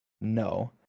No